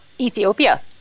Ethiopia